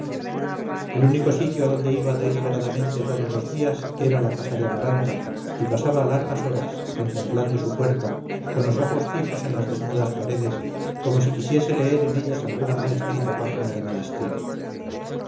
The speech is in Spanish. el único sitio adonde iba deliberadamente todos los días era la casa de amaranta y pasaba largas horascontemplando su puerta con los ojos fijos en las desnudas paredes como si quisiese leer en ellas alguna mal escrita página de mi destino